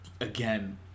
again